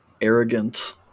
arrogant